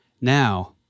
Now